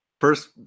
First